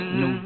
no